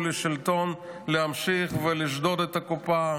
לשלטון להמשיך ולשדוד את הקופה,